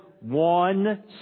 one